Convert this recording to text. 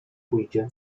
pójdzie